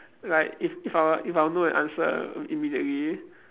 like if if I were if I were to know the answer immediately